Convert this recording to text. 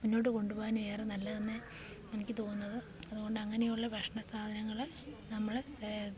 മുന്നോട്ട് കൊണ്ടു പോവാൻ ഏറെ നല്ലതെന്ന് എനിക്ക് തോന്നുന്നത് അതുകൊണ്ട് അങ്ങനെ ഉള്ള ഭക്ഷണ സാധനങ്ങള് നമ്മള് സേ